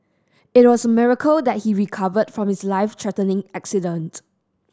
it was a miracle that he recovered from his life threatening accident